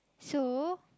so